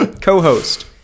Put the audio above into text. co-host